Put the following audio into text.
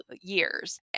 years